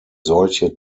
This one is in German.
solche